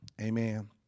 Amen